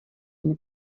une